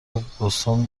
بوستون